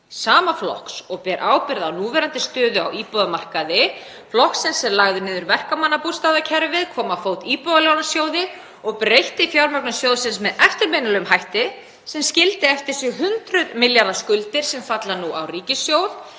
Sama flokks og ber ábyrgð á núverandi stöðu á íbúðamarkaði; flokksins sem lagði niður verkamannabústaðakerfið, kom á fót Íbúðalánasjóði og breytti fjármögnun sjóðsins með eftirminnilegum hætti sem skildi eftir sig hundruð milljarða skuldir sem falla nú á ríkissjóð.